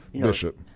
Bishop